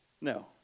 No